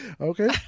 Okay